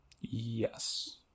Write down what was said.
Yes